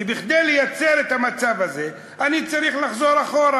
כי כדי לייצר את המצב הזה אני צריך לחזור אחורה,